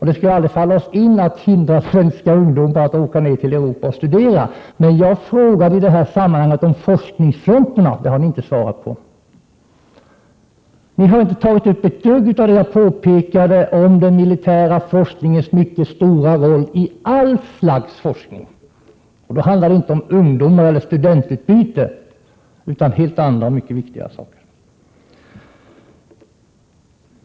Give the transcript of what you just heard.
Det skulle aldrig falla oss in att försöka hindra svenska ungdomar att studera i andra länder i Europa. Men jag ställde frågor om forskningen, och dessa har ni inte besvarat. Ni har inte alls berört det jag påpekade om den militära forskningens mycket stora rolli allt slags forskning. Då handlar det inte om ungdomar och studentutbyte utan om helt andra och mycket viktigare saker.